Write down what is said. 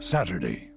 Saturday